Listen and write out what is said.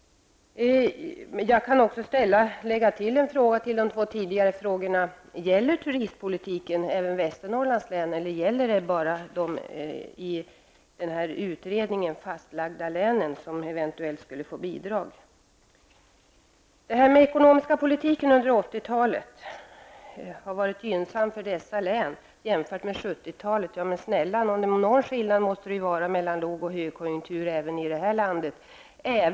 Jag vill lägga till en fråga till de två som jag tidigare ställde: Omfattar turistpolitiken även Västernorrlands län, eller omfattar den bara de län som enligt denna utredning eventuellt skall få bidrag? Industriministern sade att den ekonomiska politiken under 1980-talet har varit gynnsam för dessa län jämfört med 1970-talet. Men snälla nå'n, någon skillnad måste det ju vara mellan låg och högkonjunktur även i det här landet!